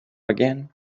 again